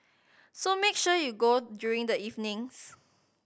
so make sure you go during the evenings